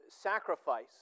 sacrifice